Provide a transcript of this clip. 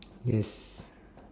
yes